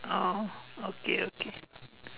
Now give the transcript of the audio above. oh okay okay